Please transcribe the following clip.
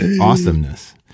awesomeness